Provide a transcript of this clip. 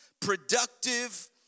productive